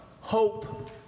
hope